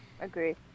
Agree